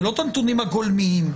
ולא את הנתונים הגולמיים,